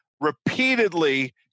repeatedly